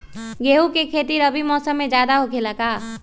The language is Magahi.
गेंहू के खेती रबी मौसम में ज्यादा होखेला का?